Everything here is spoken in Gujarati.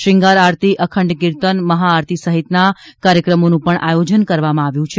શ્રૃંગાર આરતી અખંડ કિર્તન મહાઆરતી સહિતના કાર્યક્રમોનો આયોજન કરવામાં આવ્યું છે